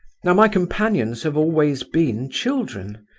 now my companions have always been children,